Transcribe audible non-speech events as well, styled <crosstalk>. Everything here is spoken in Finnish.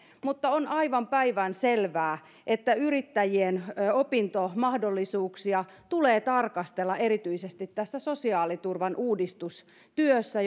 mutta on aivan päivänselvää että yrittäjien opintomahdollisuuksia tulee tarkastella erityisesti tässä sosiaaliturvan uudistustyössä <unintelligible>